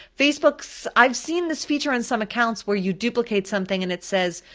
facebook's, i've seen this feature on some accounts where you duplicate something and it says,